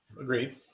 Agreed